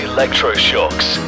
Electroshocks